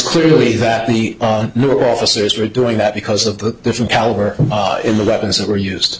clearly that the new officers were doing that because of the different caliber in the weapons that were used